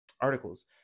articles